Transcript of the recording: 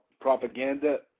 Propaganda